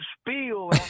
spiel